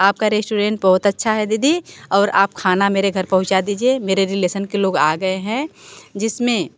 आपका रेश्टोरेंट बहुत अच्छा है दीदी और आप खाना मेरे घर पहुँचा दीजिए मेरे रिलेसन के लोग आ गए हैं जिसमें